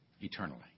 eternally